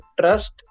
trust